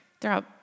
Throughout